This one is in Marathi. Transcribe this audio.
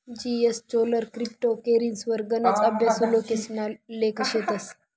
जीएसचोलर क्रिप्टो करेंसीवर गनच अभ्यासु लोकेसना लेख शेतस